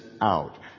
out